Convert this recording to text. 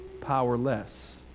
powerless